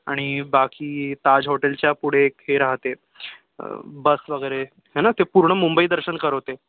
आणि बाकी ताज होटेलच्या पुढे एक हे राहते बस वगैरे है ना ते पूर्ण मुंबई दर्शन करवते